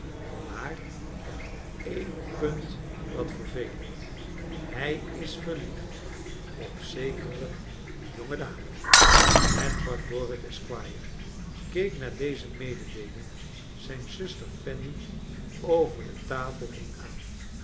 maar op een punt wat vervelend hij is verliefd op zekere jonge dame edward dorrit esquire keek na deze mededeeling zijn zuster fannyover de tafel heen aan